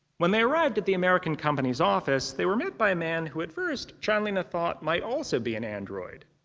when they arrived at the american company's office, they were met by a man who at first chanlina thought might also be an android.